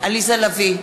עליזה לביא,